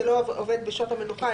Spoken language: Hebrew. זה לא עובד בשעות המנוחה,